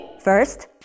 First